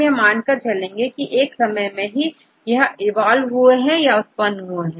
यह मानकर चलेंगे कि यह एक समय में ही इवॉल्व या उत्पन्न हुए हैं